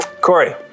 Corey